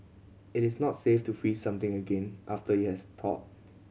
it is not safe to freeze something again after it has thawed